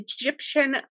Egyptian